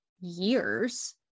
years